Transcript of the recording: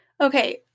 Okay